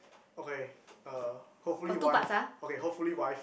okay er hopefully wife okay hopefully wife